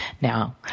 Now